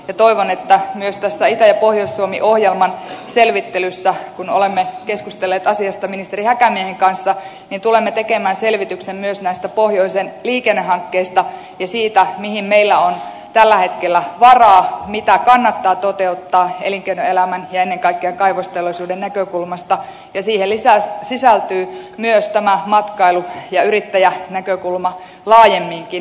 toivon että myös tässä itä ja pohjois suomi ohjelman selvittelyssä kun olemme keskustelleet asiasta ministeri häkämiehen kanssa tulemme tekemään selvityksen myös näistä pohjoisen liikennehankkeista ja siitä mihin meillä on tällä hetkellä varaa mitä kannattaa toteuttaa elinkeinoelämän ja ennen kaikkea kaivosteollisuuden näkökulmasta ja siihen sisältyy myös tämä matkailu ja yrittäjänäkökulma laajemminkin